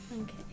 Okay